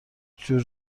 جور